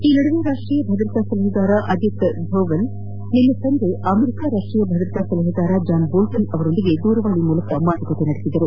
ಈ ನಡುವೆ ರಾಷ್ಷೀಯ ಭದ್ರತಾ ಸಲಹೆಗಾರ ಅಜಿತ್ ದೋವೆಲ್ ಅವರು ನಿನ್ನೆ ಸಂಜೆ ಅಮೆರಿಕ ರಾಷ್ಷೀಯ ಭದ್ರತಾ ಸಲಹೆಗಾರ ಜಾನ್ ಬೋಲ್ಸನ್ ಅವರೊಂದಿಗೆ ದೂರವಾಣಿ ಮಾತುಕತೆ ನಡೆಸಿದರು